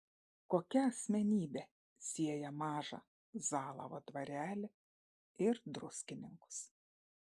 kokia asmenybė sieja mažą zalavo dvarelį ir druskininkus